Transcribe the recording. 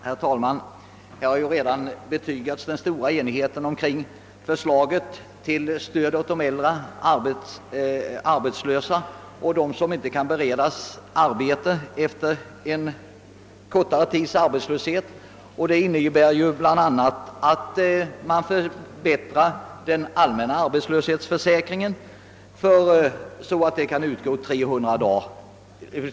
Herr talman! Här har redan betygats den stora enigheten kring förslaget om stöd åt de äldre arbetslösa som inte kan beredas arbete efter en kortare tids arbetslöshet. Förslaget innebär bl a. att ersättningstiden i de erkända arbetslöshetskassorna förlängs med 300 dagar.